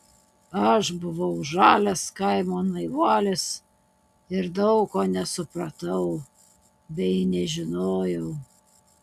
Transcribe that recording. aš buvau žalias kaimo naivuolis ir daug ko nesupratau bei nežinojau